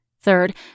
Third